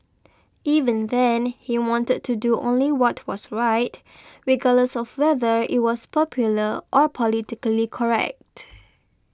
even then he wanted to do only what was right regardless of whether it was popular or politically correct